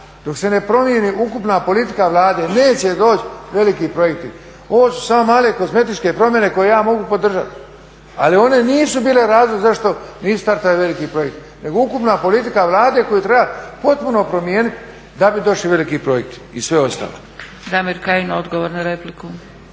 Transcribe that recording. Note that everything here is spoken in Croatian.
Dok se ne promijeni ukupna politika Vlade neće doći veliki projekti, ovo su samo male kozmetičke promjene koje ja mogu podržati, ali one nisu bile razlog zašto … taj veliki projekt, nego ukupna politika Vlade koju treba potpuno promijeniti da bi došli veliki projekti i sve ostalo. **Zgrebec, Dragica